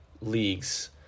leagues